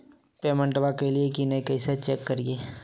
पेमेंटबा कलिए की नय, कैसे चेक करिए?